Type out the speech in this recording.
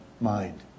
mind